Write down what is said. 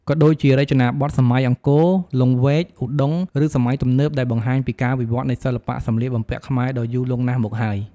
ក៏ដូចជា រចនាបថសម័យអង្គរ លង្វែក ឧដុង្គ ឬសម័យទំនើប ដែលបង្ហាញពីការវិវត្តន៍នៃសិល្បៈសម្លៀកបំពាក់ខ្មែរដ៏យូរលង់ណាស់មកហើយ។